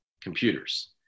computers